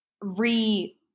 re